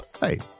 Hey